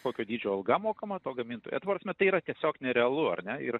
kokio dydžio alga mokama to gamintojo ta prasme tai yra tiesiog nerealu ar ne ir